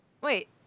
Wait